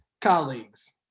colleagues